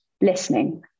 listening